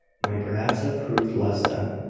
might perhaps have proved less than,